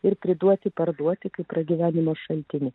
ir priduoti parduoti kaip pragyvenimo šaltinį